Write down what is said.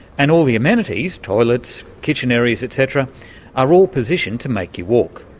and all the amenities toilets, kitchen areas, et cetera are all positioned to make you walk.